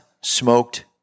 smoked